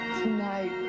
tonight